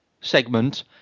segment